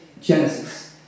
Genesis